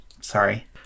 Sorry